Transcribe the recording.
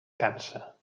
cansa